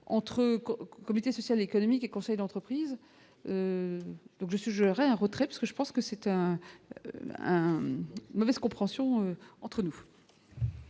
entre comité social, économique et conseil d'entreprise, donc je suis un retrait parce que je pense que c'est un mauvaise compréhension entre nous.